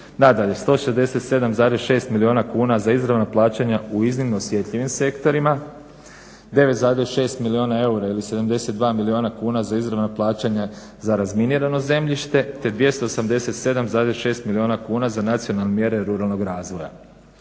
Nadalje, 167,6 milijuna kuna za izravna plaćanja u iznimno osjetljivim sektorima, 9,6 milijuna eura ili 72 milijuna kuna za izravna plaćanja za razminirano zemljište, te 287,6 milijuna kuna za nacionalne mjere ruralnog razvoja.